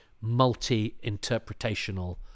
multi-interpretational